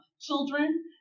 children